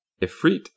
Ifrit